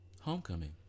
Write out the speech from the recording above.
Homecoming